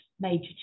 major